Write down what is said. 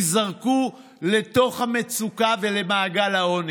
ייזרקו לתוך המצוקה ולמעגל העוני.